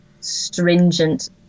stringent